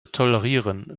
tolerieren